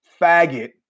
faggot